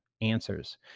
answers